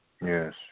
Yes